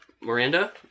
Miranda